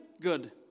good